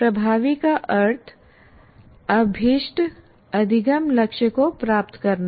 प्रभावी का अर्थ अभीष्ट अधिगम लक्ष्य को प्राप्त करना है